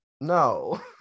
No